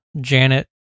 Janet